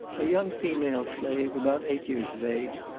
a young female slave, about eight years of age,